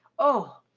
oh!